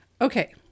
Okay